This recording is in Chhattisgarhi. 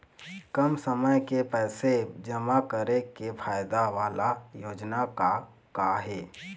कम समय के पैसे जमा करे के फायदा वाला योजना का का हे?